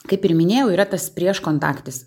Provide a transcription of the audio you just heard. kaip ir minėjau yra tas prieš kontaktis